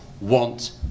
want